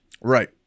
Right